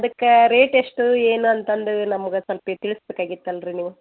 ಅದಕ್ಕೆ ರೇಟ್ ಎಷ್ಟು ಏನು ಅಂತಂದು ನಮಗ ಸೊಲ್ಪ ತಿಳಿಸ್ಬೇಕಾಗಿತ್ ಅಲ್ರೀ ನೀವು